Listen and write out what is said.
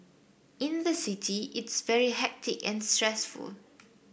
in the city it's very hectic and stressful